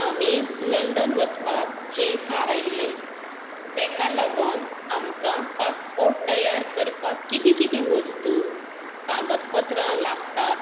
आमी लंडन वचपाचें थारायल्लें तेका लागोन आमकां पासपोर्ट तयार करपाक कितें कितें वस्तू कागदपत्रां लागतात